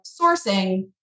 sourcing